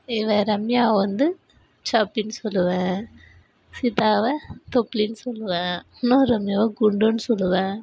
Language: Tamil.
இவள் ரம்யாவை வந்து சாப்பின்னு சொல்லுவேன் சீதாவை தொப்ளின்னு சொல்லுவேன் இன்னொரு ரம்யாவை குண்டுன்னு சொல்லுவேன்